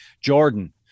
Jordan